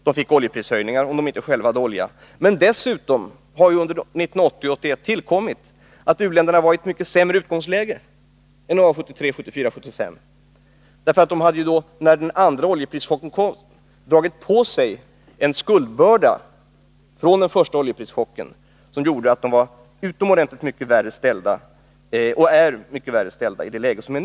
De fick oljeprishöjningar om de inte själva hade olja. Men dessutom har ju under 1980 och 1981 tillkommit att u-länderna var i ett mycket sämre läge än under 1973, 1974 och 1975. När den andra oljeprischocken kom hade de dragit på sig en skuldbörda från den första oljeprischocken som gjorde att de är oerhört mycket sämre ställda i nuvarande läge.